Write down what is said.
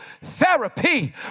Therapy